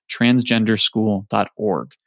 transgenderschool.org